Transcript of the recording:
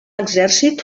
exèrcit